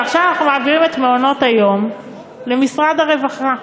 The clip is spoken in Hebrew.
אבל עכשיו אנחנו מעבירים את מעונות-היום למשרד הרווחה.